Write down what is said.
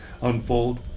unfold